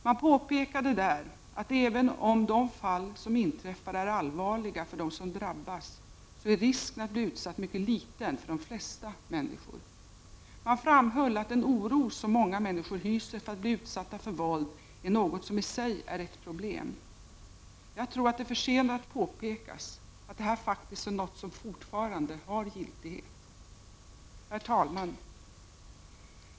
Man påpekade där att även om de fall som inträffar är allvarliga för dem som drabbas, så är risken att bli utsatt mycket liten för de flesta människor. Man framhöll att den oro som många männi = Prot. 1989/90:26 skor hyser för att bli utsatta för våld är något som i sig är ett problem. 15 november 1989 Jag tror att det förtjänar att påpekas att detta faktiskt är något som fortfa== a, rande har giltighet. Herr talman!